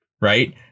right